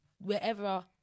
wherever